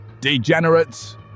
degenerates